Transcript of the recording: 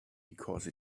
because